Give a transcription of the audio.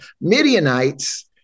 Midianites—